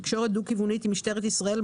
תקשורת דו כיוונית עם משטרת ישראל,